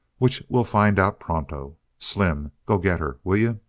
which we'll find out pronto. slim, go get her, will you?